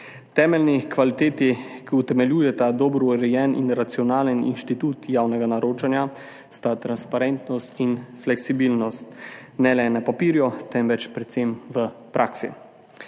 Temeljni kvaliteti, ki utemeljujeta dobro urejen in racionalen institut javnega naročanja, sta transparentnost in fleksibilnost, ne le na papirju, temveč predvsem v praksi.